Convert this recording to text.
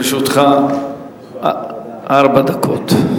לרשותך ארבע דקות.